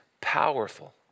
powerful